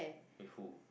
with who